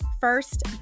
First